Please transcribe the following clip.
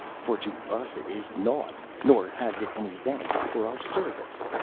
for to us it is nought, nor has it any value for our service